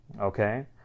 okay